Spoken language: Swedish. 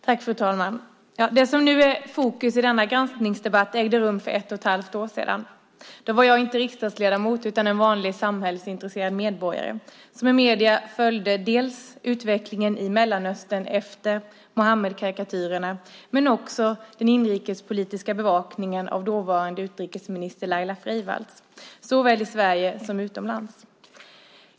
Fru talman! Det som nu är i fokus under denna granskningsdebatt ägde rum för ett och ett halvt år sedan. Då var jag inte riksdagsledamot utan en vanlig samhällsintresserad medborgare som i medierna följde utvecklingen i Mellanöstern efter Muhammedkarikatyrerna men också den inrikespolitiska bevakningen av dåvarande utrikesminister Laila Freivalds, såväl i Sverige som utomlands.